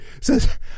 says